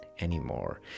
anymore